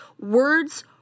Words